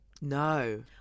No